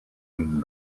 and